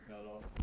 ya lor